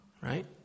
right